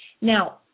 now